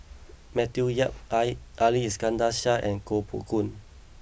Matthew Yap Ali Iskandar Shah and Koh Poh Koon